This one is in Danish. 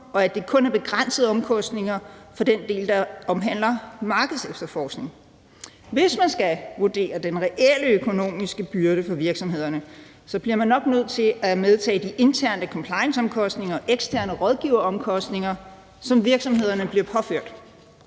og at der kun er begrænsede omkostninger for den del, der omhandler markedsefterforskning. Hvis man skal vurdere den reelle økonomiske byrde for virksomhederne, bliver man nok nødt til at medtage de interne complianceomkostninger og eksterne rådgiveromkostninger, som virksomhederne bliver påført.